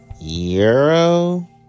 euro